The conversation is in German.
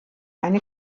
eine